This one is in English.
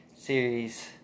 series